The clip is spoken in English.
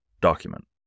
document